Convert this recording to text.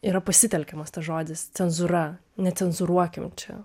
yra pasitelkiamas tas žodis cenzūra necenzūruokim čia